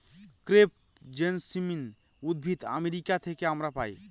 crepe jasmine উদ্ভিদ America থেকে আমরা পাই